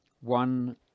one